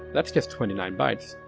that's just twenty nine bytes.